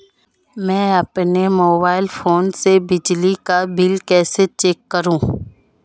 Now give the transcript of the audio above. मैं अपने mobile phone से बिजली का बिल कैसे चेक करूं?